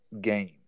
game